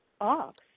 Ox